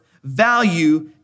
value